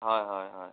হয় হয় হয়